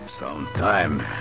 Sometime